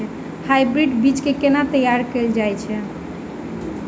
Hybrid बीज केँ केना तैयार कैल जाय छै?